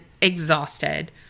exhausted